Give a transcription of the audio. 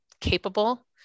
capable